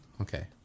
Okay